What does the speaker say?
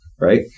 right